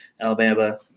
Alabama